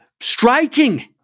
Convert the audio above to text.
striking